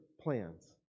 plans